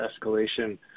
escalation